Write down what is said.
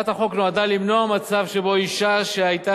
הצעת החוק נועדה למנוע מצב שבו אשה שהיתה